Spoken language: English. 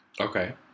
Okay